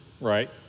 right